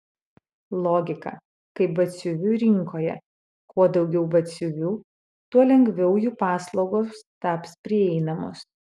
logika kaip batsiuvių rinkoje kuo daugiau batsiuvių tuo lengviau jų paslaugos taps prieinamos